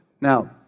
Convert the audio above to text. Now